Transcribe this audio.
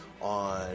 on